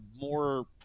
more